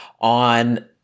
on